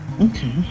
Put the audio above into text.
Okay